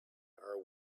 are